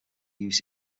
use